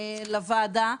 לוועדה,